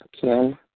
Kim